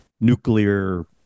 nuclear